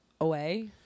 away